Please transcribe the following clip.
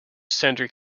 center